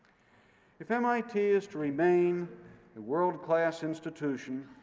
if mit is to remain a world-class institution,